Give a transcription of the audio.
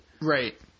Right